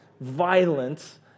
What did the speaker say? violence